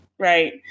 Right